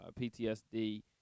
PTSD